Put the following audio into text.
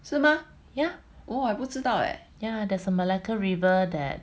是吗 orh 不知道 leh